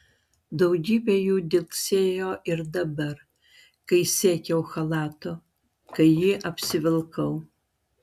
daugybė jų dilgsėjo ir dabar kai siekiau chalato kai jį apsivilkau